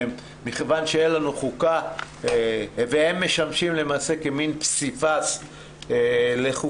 שמכיוון שאין לנו חוקה והם משמשים למעשה כמעין פסיפס לחוקה,